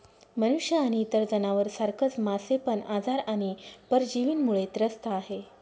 मनुष्य आणि इतर जनावर सारखच मासे पण आजार आणि परजीवींमुळे त्रस्त आहे